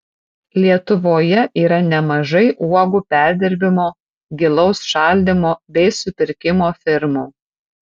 lietuvoje yra nemažai uogų perdirbimo gilaus šaldymo bei supirkimo firmų